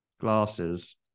glasses